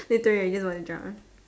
literally you know it's drama